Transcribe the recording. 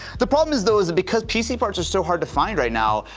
the problem is though, is because pc parts are so hard to find right now,